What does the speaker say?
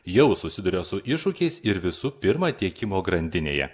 jau susiduria su iššūkiais ir visų pirma tiekimo grandinėje